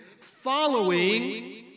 following